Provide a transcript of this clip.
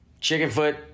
Chickenfoot